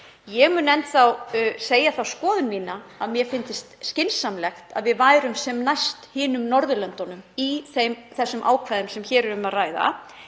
Ég mun enn þá segja þá skoðun mína að mér fyndist skynsamlegt að við værum sem næst hinum Norðurlöndunum í þessum ákvæðum sem hér um ræðir.